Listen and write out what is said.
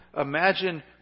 imagine